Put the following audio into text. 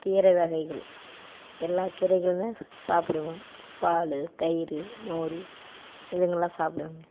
கீரை வகைகள் எல்லா கீரைகளுமே சாப்பிடுவோம் பால் தயிர் மோர் இதுங்கலாம் சாப்பிடுவோங்க